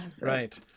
right